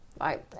right